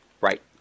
Right